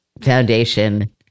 Foundation